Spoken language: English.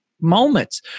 moments